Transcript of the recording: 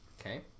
Okay